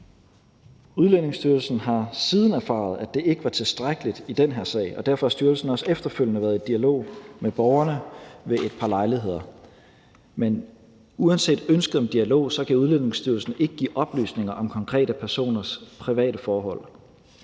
Udlændingestyrelsen har siden erfaret, at det ikke var tilstrækkeligt i den her sag, og derfor har styrelsen også efterfølgende været i dialog med borgerne ved et par lejligheder. Men uanset ønsket om dialog kan Udlændingestyrelsen ikke give oplysninger om konkrete personers private forhold,